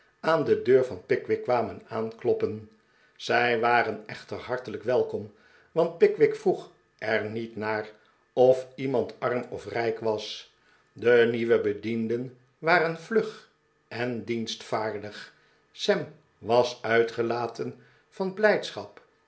aan de deur van pickwick kwamen aankloppen zij waren echter hartelijk welkomj want pickwick vroeg er niet naar of iemand arm of rijk was de nieuwe bedienden waren vlug en dienstvaardigj sam was uitgelatenvan blijdschap